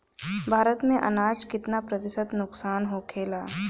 भारत में अनाज कितना प्रतिशत नुकसान होखेला?